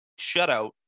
shutout